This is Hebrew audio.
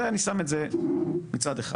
אני שם את זה מצד אחד.